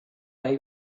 may